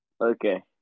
okay